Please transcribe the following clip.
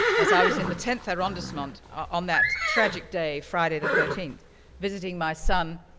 as i was in the tenth arrondissement on that tragic day, friday the thirteenth visiting my son,